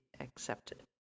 accepted